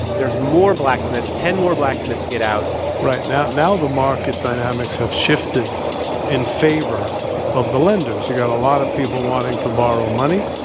there's more blacksmiths. ten more blacksmiths get out right now, the market dynamics have shifted in favor of the lenders. you got a lot of people wanting to borrow money.